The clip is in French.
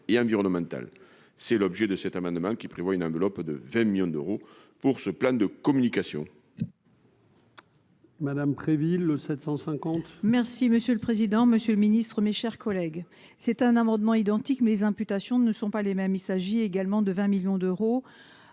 c'est l'objet de cet amendement qui prévoit une enveloppe de 20 millions d'euros pour ce plan de communication.